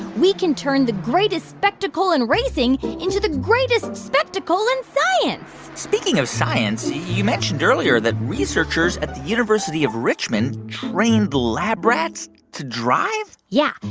we can turn the greatest spectacle in racing into the greatest spectacle in science speaking of science, you mentioned earlier that researchers at the university of richmond trained the lab rats to drive? yeah.